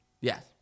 Yes